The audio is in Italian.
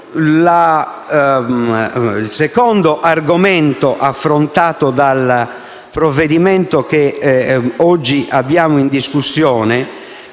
il secondo argomento affrontato dal provvedimento oggi in discussione,